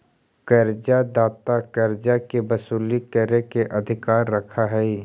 कर्जा दाता कर्जा के वसूली करे के अधिकार रखऽ हई